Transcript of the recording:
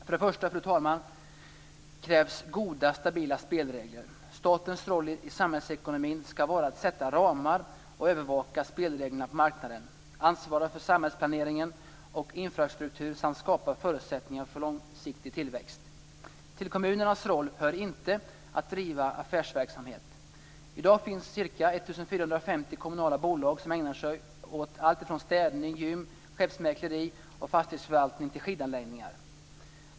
För det första, fru talman, krävs goda och stabila spelregler. Statens roll i samhällsekonomin skall vara att sätta ramar och övervaka spelreglerna på marknaden, ansvara för samhällsplanering och infrastruktur samt att skapa förutsättningar för långsiktig tillväxt. Till kommunernas roll hör inte att bedriva affärsverksamhet. I dag finns ca 1 450 kommunala bolag som ägnar sig åt alltifrån städning, gym och skeppsmäkleri till fastighetsförvaltning och skidanläggningar.